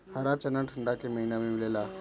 हरा चना ठंडा के महिना में मिलेला